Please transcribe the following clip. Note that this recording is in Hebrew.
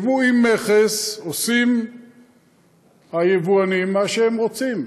ביבוא עם מכס היבואנים עושים מה שהם רוצים,